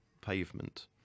pavement